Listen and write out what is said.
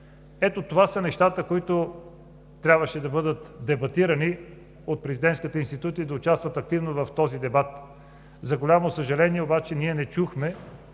Ето това са нещата, които трябваше да бъдат дебатирани от Президентската институция и да участват активно в този дебат. За голямо съжаление, обаче ние не чухме